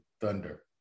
thunder